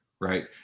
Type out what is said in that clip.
Right